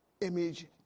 image